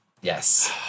Yes